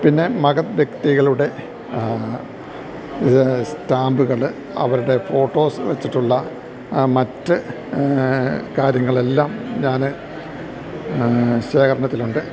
പിന്നെ മഹത് വ്യക്തികളുടെ ഇത് സ്റ്റാമ്പ്കള് അവരുടെ ഫോട്ടോസ് വെച്ചിട്ടുള്ള മറ്റ് കാര്യങ്ങളെല്ലാം ഞാന് ശേഖരണത്തിലുണ്ട്